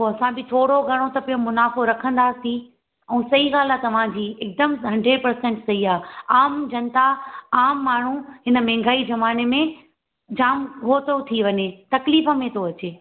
पोइ असां बि थोरो घणो त पियो मुनाफ़ो रखंदासीं ऐं सही ॻाल्हि आहे तव्हांजी हिकदमि हंड्रेड प्रसेंट सही आहे आम जनता आम माण्हू हिन महंगाई जे ज़माने में जाम हो थो थी वञे तकलीफ़ में थो अचे